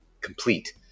complete